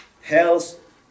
health